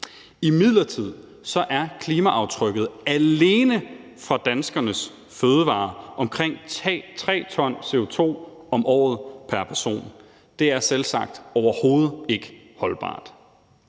Imidlertid er klimaaftrykket alene fra danskernes fødevarer omkring 3 t CO2 om året pr. person. Det er selvsagt overhovedet ikke holdbart.